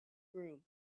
groom